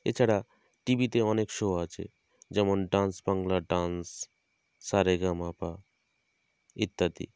এ ছাড়া টি ভিতে অনেক শো আছে যেমন ডান্স বাংলা ডান্স সারেগামাপা ইত্যাদি